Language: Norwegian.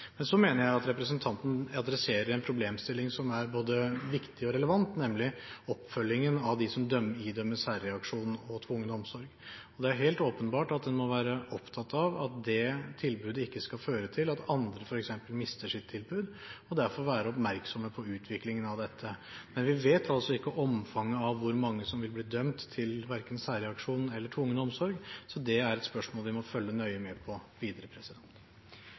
Men så mener jeg at representanten adresserer en problemstilling som er både viktig og relevant, nemlig oppfølgingen av de som idømmes særreaksjon og tvungen omsorg. Det er helt åpenbart at en må være opptatt av at det tilbudet ikke skal føre til at andre f.eks. mister sitt tilbud, og derfor være oppmerksomme på utviklingen av dette. Men vi vet altså ikke omfanget av hvor mange som vil bli dømt, verken til særreaksjon eller tvungen omsorg, så det er et spørsmål vi må følge nøye med på videre.